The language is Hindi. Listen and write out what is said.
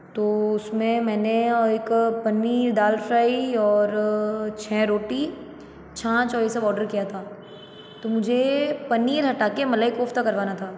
तो उसमें मैंने एक पनीर दाल फ़्राई और छ रोटी छाछ और ये सब ऑर्डर किया था तो मुझे पनीर हटा के मलाई कोफ़्ता करवाना था